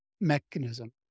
mechanism